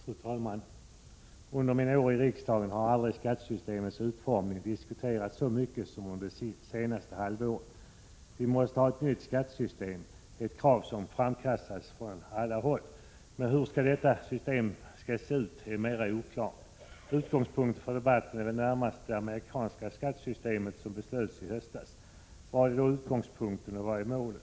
Fru talman! Under mina år i riksdagen har aldrig skattesystemets utformning diskuterats så mycket som under det senaste halvåret. Vi måste ha ett nytt skattesystem — det är ett krav som framkastas från alla håll. Men hur detta nya system skall se ut är mera oklart. Utgångspunkten för debatten är väl närmast det amerikanska skattesystem som antogs i höstas. Vad är då utgångspunkten, och vad är målet?